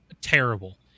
Terrible